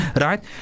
right